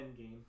Endgame